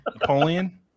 Napoleon